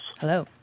Hello